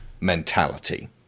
mentality